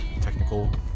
technical